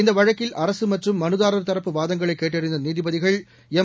இந்த வழக்கில் அரசு மற்றும் மனுதாரர் தரப்பு வாதங்களை கேட்டறிந்த நீதிபதிகள் எம்